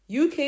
UK